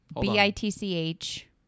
B-I-T-C-H